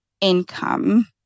income